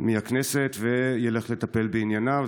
מהכנסת וילך לטפל בענייניו.